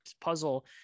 puzzle